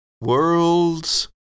worlds